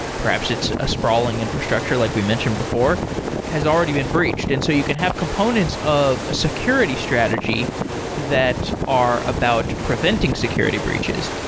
perhaps it's a sprawling infrastructure like we mentioned before has already been breached. and so you can have components of a security strategy that are about preventing security breaches,